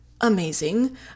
amazing